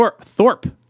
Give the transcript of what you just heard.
Thorpe